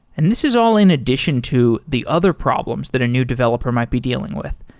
and this is all in addition to the other problems that a new developer might be dealing with,